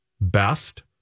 best